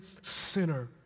sinner